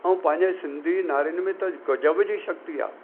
ऐं पंहिंजे सिंधी नारियुनि में त गज़ब जी शक्ती आहे